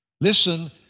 listen